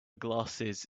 glasses